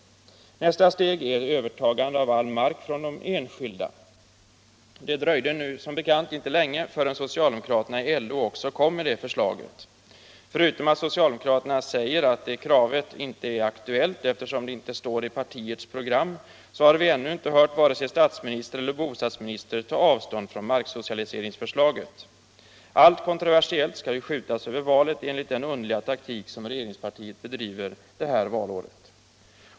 Nästa steg är ett övertagande av all mark från de enskilda. Och det dröjde som bekant inte länge förrän socialdemokraterna i LO också kom med det förslaget. Förutom att socialdemokrater säger att det kravet inte är aktuellt, eftersom det inte står i partiets program, har vi ännu inte hört vare sig statsministern eller bostadsministern ta avstånd från marksocialiseringsförslaget. Allt kontroversiellt skall ju skju tas över valet enligt den underliga taktik som regeringspartiet bedriver det här valåret.